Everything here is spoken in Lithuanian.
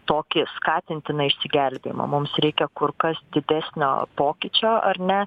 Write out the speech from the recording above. tokį skatintiną išsigelbėjimą mums reikia kur kas didesnio pokyčio ar ne